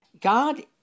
God